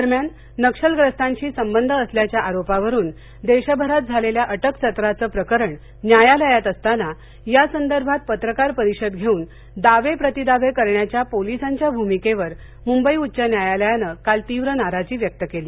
दरम्यान नक्षलग्रस्ताशी संबंध असल्याच्या आरोपावरून देशभरात झालेल्या अटकसत्राचं प्रकरण न्यायालयात असताना या संदर्भात पत्रकार परिषद घेऊन दावे प्रतिदावे करण्याच्या पोलिसांच्या भूमिकेवर मुंबई उच्च न्यायालयानं काल तीव्र नाराजी व्यक्त केली